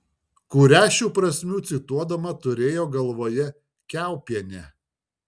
kurią šių prasmių cituodama turėjo galvoje kiaupienė